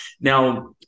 Now